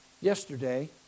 Yesterday